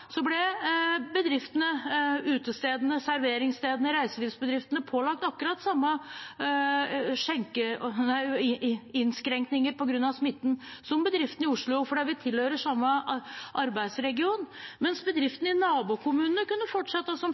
ble utestedene, serveringsstedene og reiselivsbedriftene pålagt akkurat de samme innskrenkningene på grunn av smitten som bedriftene i Oslo fordi vi tilhører samme arbeidsregion, mens bedriftene i nabokommunene kunne fortsette som